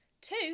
Two